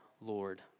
Lord